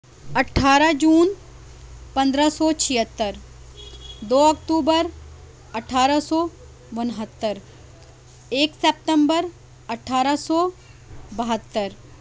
اٹھارہ جون پندرہ سو چھہتر دو اکتوبر اٹھارہ سو انہتر ایک سپتمبر اٹھارہ سو بہتر